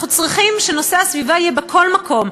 אנחנו צריכים שנושא הסביבה יהיה בכל מקום,